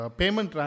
payment